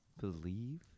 believe